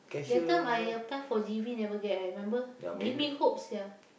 that time I apply for G_V never get eh remember give me hope sia